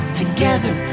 together